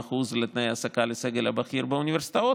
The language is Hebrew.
אחוז לתנאי ההעסקה של הסגל הבכיר באוניברסיטאות.